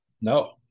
no